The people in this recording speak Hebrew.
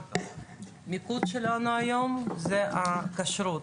המיקוד שלנו היום זה הכשרות